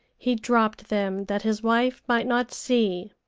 he dropped them that his wife might not see.